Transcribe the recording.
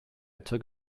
took